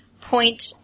point